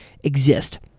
exist